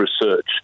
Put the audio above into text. research